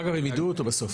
אגב, הם יידעו אותו בסוף.